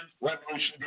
Revolution